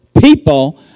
people